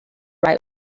right